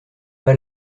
pas